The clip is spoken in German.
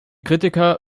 kritiker